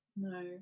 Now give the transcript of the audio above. No